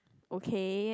okay